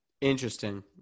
interesting